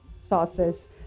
Sauces